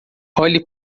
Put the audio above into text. olhe